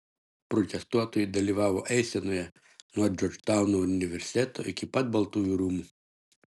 protestuotojai dalyvavo eisenoje nuo džordžtauno universiteto iki pat baltųjų rūmų